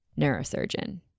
neurosurgeon